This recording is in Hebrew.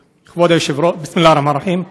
בסם אללה א-רחמאן א-רחים.